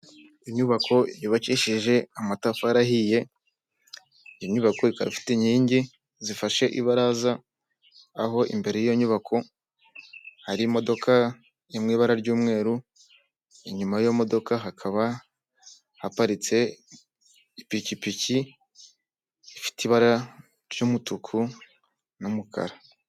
Inyubako yubakishije amatafari ahiye, inyubako ikaba ifite inkingi zifashe ibaraza, aho imbere y'iyo nyubako harimo mu ibara ry'umweru, inyuma y'imodoka hakaba haparitse ipikipiki ifite ibara ry'umutuku n'umukara.